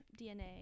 DNA